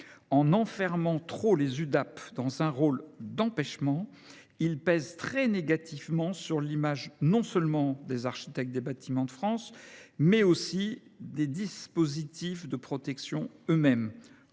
en enfermant trop les Udap dans un rôle d’empêchement, il pèse très négativement sur l’image, non seulement des architectes des Bâtiments de France, mais aussi des dispositifs de protection eux mêmes